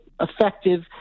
effective